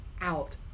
out